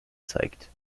zeigt